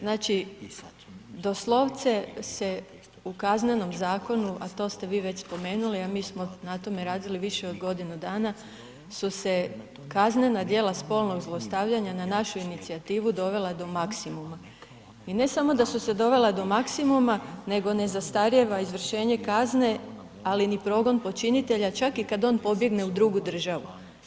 Znači doslovce se u KZ-u a to ste vi već spomenuli a mi smo na tome radili više od godinu dana su se kaznena djela spolnog zlostavljanja na našu inicijativu dovela do maksimuma i ne samo da su se dovela do maksimuma nego ne zastarijeva izvršenje kazne ali ni progon počinitelja čak i kad on pobjegne u drugu državu.